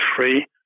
free